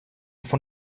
von